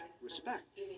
respect